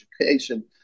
education